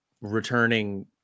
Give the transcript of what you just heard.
returning